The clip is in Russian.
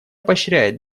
поощряет